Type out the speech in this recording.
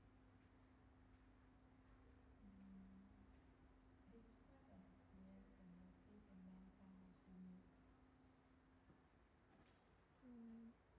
mm